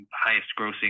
highest-grossing